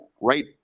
right